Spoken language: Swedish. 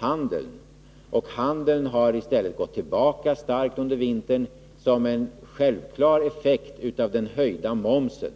handeln, och handeln har i stället gått tillbaka starkt under vintern, som en självklar effekt av den höjda momsen.